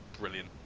brilliant